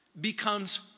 becomes